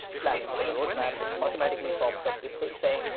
planning for the roadmap, it automatically pops up this thing saying,